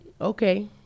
okay